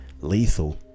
lethal